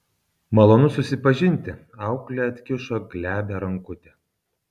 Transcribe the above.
malonu susipažinti auklė atkišo glebią rankutę